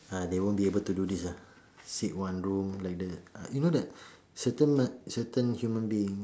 ah they won't be able to do this lah sit one room like that uh you know that certain mah certain human beings